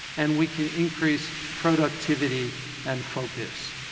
and we can increase productivity and focus.